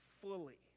fully